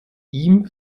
ihm